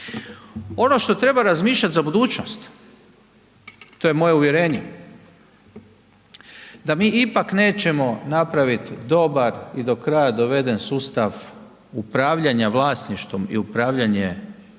Ono što treba razmišljati za budućnost, to je moje uvjerenje, da mi ipak nećemo napraviti dobar i do kraja doveden sustav upravljanja vlasništvom i upravljanje